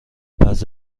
بعضی